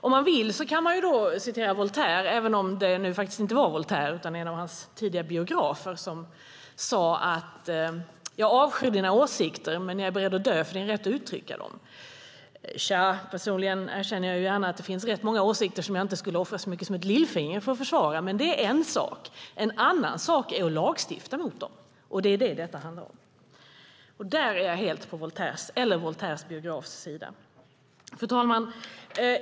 Om man vill kan man återge vad Voltaire sagt - ja, det var faktiskt inte Voltaire utan en av hans tidigare biografer som sade det: Jag avskyr dina åsikter, men jag är beredd att dö för din rätt att uttrycka dem. Personligen erkänner jag gärna att det finns rätt många åsikter som jag inte skulle offra så mycket som ett lillfinger för att försvara, men det är en sak. En annan sak är att lagstifta mot dem. Det är vad detta handlar om. Där står jag helt på Voltaires, eller snarare Voltaires biografs, sida. Fru talman!